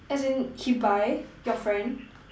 as in he buy your friend